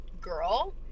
girl